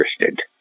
interested